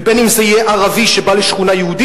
בין שזה יהיה ערבי שבא לשכונה יהודית